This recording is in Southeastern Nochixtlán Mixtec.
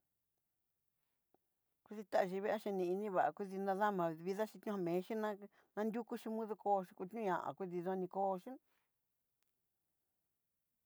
Kuditá nivaxhiá kudini va'a kudi nadamaá, vida xhi ñomexí ná nanriukuxhí, modo koxhí kudiña kudidó ni koxhín.